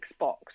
Xbox